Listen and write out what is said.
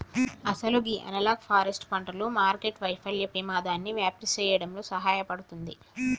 అసలు గీ analog forest పంటలు మార్కెట్టు వైఫల్యం పెమాదాన్ని వ్యాప్తి సేయడంలో సహాయపడుతుంది